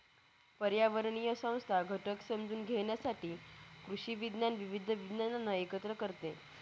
पर्यावरणीय संस्था घटक समजून घेण्यासाठी कृषी विज्ञान विविध विज्ञानांना एकत्र करते